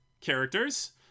characters